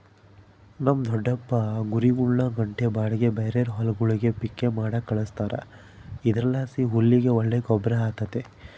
ನಮ್ ದೊಡಪ್ಪ ಕುರಿಗುಳ್ನ ಗಂಟೆ ಬಾಡಿಗ್ಗೆ ಬೇರೇರ್ ಹೊಲಗುಳ್ಗೆ ಪಿಕ್ಕೆ ಮಾಡಾಕ ಕಳಿಸ್ತಾರ ಇದರ್ಲಾಸಿ ಹುಲ್ಲಿಗೆ ಒಳ್ಳೆ ಗೊಬ್ರ ಆತತೆ